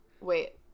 Wait